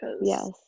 Yes